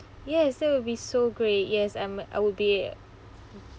yes that will so great yes I'm I will be